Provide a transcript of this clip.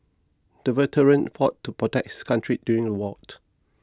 the veteran fought to protect his country during the war